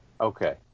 Okay